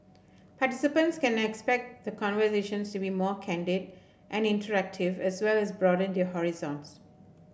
participants can expect the conversations to be more candid and interactive as well as broaden their horizons